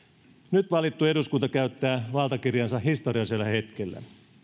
nyt valittu eduskunta käyttää valtakirjaansa historiallisella hetkellä